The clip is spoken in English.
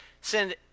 send